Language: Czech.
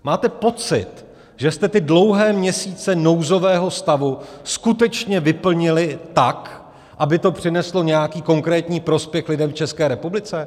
Máte pocit, že jste ty dlouhé měsíce nouzového stavu skutečně vyplnili tak, aby to přineslo nějaký konkrétní prospěch lidem v České republice?